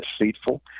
deceitful